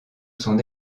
son